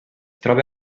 troba